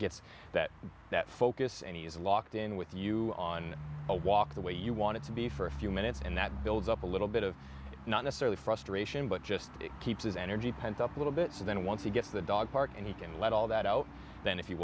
gets that that focus and he is locked in with you on a walk the way you want it to be for a few minutes and that builds up a little bit of not necessarily frustration but just keep his energy pent up a little bit so then once he gets the dog park and he can let all that out then if you